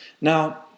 Now